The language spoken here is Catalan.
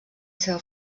seva